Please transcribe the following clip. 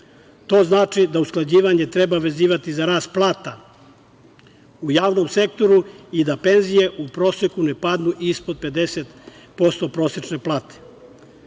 znači da usklađivanje treba vezivati za rast plata u javnom sektoru i da penzije u proseku ne padnu ispod 50% prosečne plate. Ako